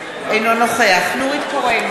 אינו נוכח נורית קורן,